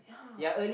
yeah